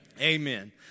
amen